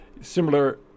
similar